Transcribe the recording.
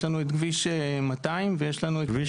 יש לנו את כביש 200 ויש לנו את כביש